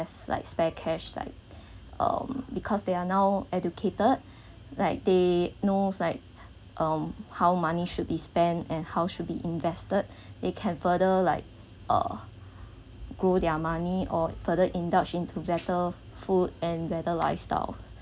have like spare cash like um because they are now educated like they know like um how money should be spent and how should be invested they can further like uh grow their money or further indulge into better food and better lifestyle